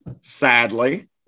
sadly